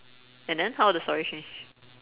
and then how will the story change